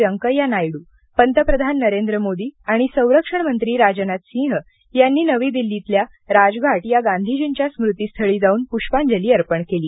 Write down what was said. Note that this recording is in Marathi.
वेंकय्या नायडू पंतप्रधान नरेंद्र मोदी आणि संरक्षण मंत्री राजनाथ सिंह यांनी नवी दिल्लीतील राजघाट या गांधीजींच्या स्मृतीस्थळी जाऊन प्ष्पांजली अर्पण केली